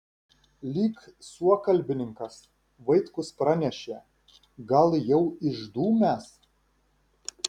lyg suokalbininkas vaitkus pranešė gal jau išdūmęs